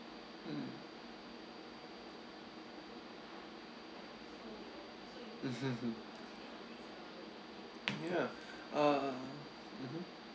mm mmhmm hmm ya uh mmhmm